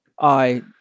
I-